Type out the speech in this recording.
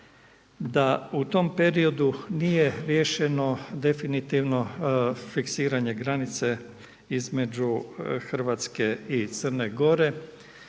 da u tom periodu nije riješeno definitivno fiksiranje granice između Hrvatske i Crne Gore